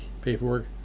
paperwork